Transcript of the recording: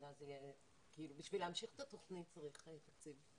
כדי להמשיך את התוכנית צריך תקציב.